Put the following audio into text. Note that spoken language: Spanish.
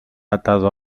atado